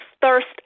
thirst